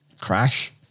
Crash